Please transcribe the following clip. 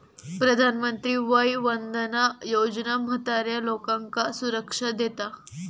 प्रधानमंत्री वय वंदना योजना म्हाताऱ्या लोकांका सुरक्षा देता